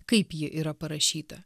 kaip ji yra parašyta